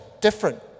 different